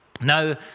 Now